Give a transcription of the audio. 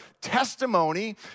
testimony